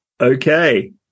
Okay